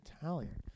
Italian